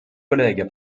collègues